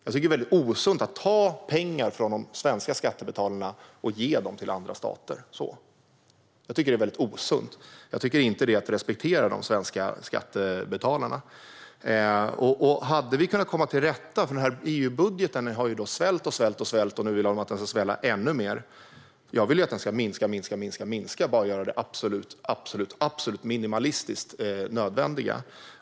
Jag tycker att det är väldigt osunt att ta pengar från de svenska skattebetalarna och ge dem till andra stater. Det tycker jag inte är att respektera de svenska skattebetalarna. EU-budgeten har svällt och svällt. Nu vill man att den ska svälla ännu mer, medan jag vill att den ska minska till det absolut minimalistiskt nödvändiga.